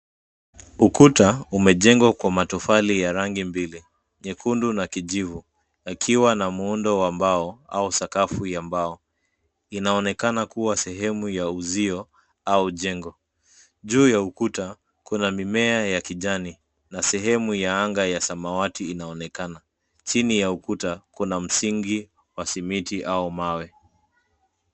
Ukuta umejengwa kwa matofali ya rangi mbili. Jekundu na kijivu, yakiwa na muundo wa mbao au sakafu ya mbao. Inaonekana kuwa sehemu ya uzio au jengo. Juu ya ukuta, kuna mimea ya kijani, na sehemu ya anga ya samawati inaonekana. Chini ya ukuta, kuna msingi wa simiti au mawe.